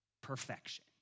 perfection